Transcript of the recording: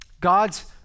God's